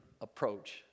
approach